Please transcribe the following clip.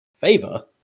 favor